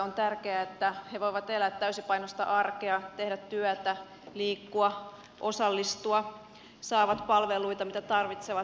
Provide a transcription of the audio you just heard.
on tärkeää että vammaiset voivat elää täysipainoista arkea tehdä työtä liikkua osallistua ja saada palveluita mitä tarvitsevat